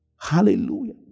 Hallelujah